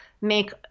make